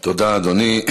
תודה, אדוני.